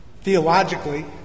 Theologically